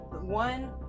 one